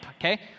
okay